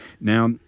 Now